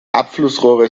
abflussrohre